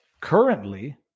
currently